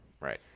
Right